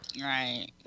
Right